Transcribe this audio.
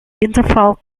interval